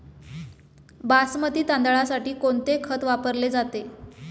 बासमती तांदळासाठी कोणते खत वापरले जाते?